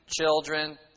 children